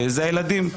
זה הילדים,